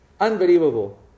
Unbelievable